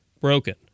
broken